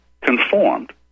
conformed